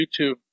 YouTube